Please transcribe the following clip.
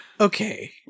Okay